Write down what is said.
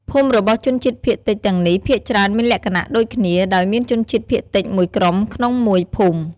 ភូមិរបស់ជនជាតិភាគតិចទាំងនេះ ភាគច្រើនមានលក្ខណៈដូចគ្នា ដោយមានជនជាតិភាគតិចមួយក្រុមក្នុងមួយភូមិ។